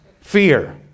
fear